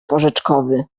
porzeczkowy